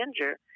Ginger